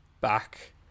back